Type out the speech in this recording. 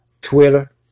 Twitter